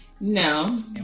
No